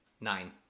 Nine